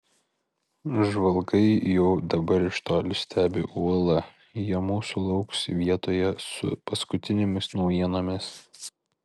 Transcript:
žvalgai jau dabar iš toli stebi uolą jie mūsų lauks vietoje su paskutinėmis naujienomis